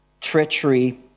treachery